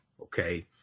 okay